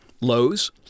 Lowe's